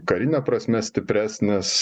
karine prasme stipresnis